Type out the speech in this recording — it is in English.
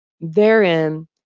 Therein